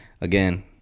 Again